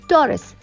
Taurus